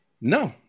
No